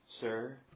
Sir